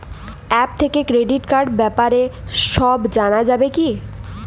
App থেকে credit কার্ডর ব্যাপারে সব জানা যাবে কি?